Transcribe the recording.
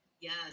Yes